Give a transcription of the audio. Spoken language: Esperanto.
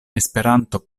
esperanto